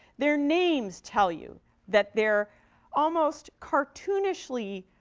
their names tell you that they're almost cartoonishly